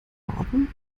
ordnung